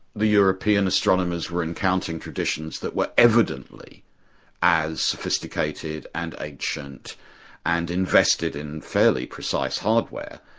the european astronomers were encountering traditions that were evidently as sophisticated and ancient and invested in fairly precise hardware,